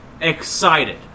excited